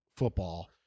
football